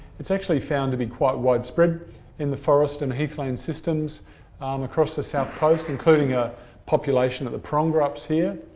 it's actually found to be quite widespread in the forest and heathland systems um across the south coast, including a population at the porongurups here.